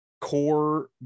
core